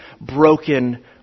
broken